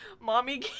Mommy